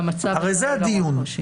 הרי זה הדיון.